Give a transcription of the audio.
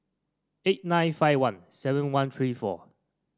eight nine five one seven one three four